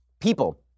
people